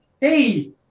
hey